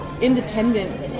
independent